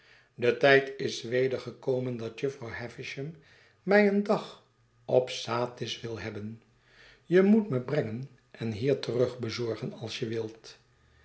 de tijd is weder gekomen dat jufvrouw havisham mij een dag op satis wil hebben je moet me brengen en hier terugbezorgen als je wilt